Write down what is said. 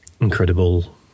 incredible